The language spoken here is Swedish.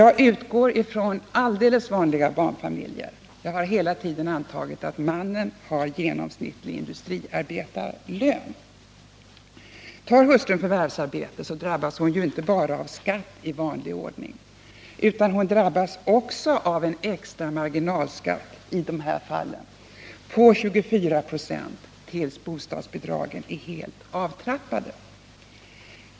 Jag utgår ifrån alldeles vanliga barnfamiljer — jag har hela tiden antagit att mannen har en genomsnittlig industriarbetarlön. Tar hustrun förvärvsarbete drabbas hon inte bara av skatt i vanlig ordning, utan hon drabbas också av en extra marginalskatt på 24 2; tills bostadsbidragen är helt avtrappade.